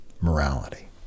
morality